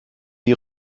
die